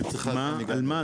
קודם כל,